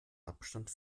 abstand